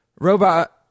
robot